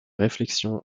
réflexion